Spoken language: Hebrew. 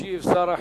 ישיב שר החינוך,